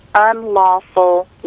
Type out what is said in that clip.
unlawful